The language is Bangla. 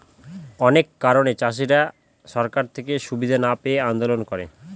অনেক কারণে চাষীরা সরকার থেকে সুবিধা না পেয়ে আন্দোলন করে